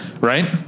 right